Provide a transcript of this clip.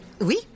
oui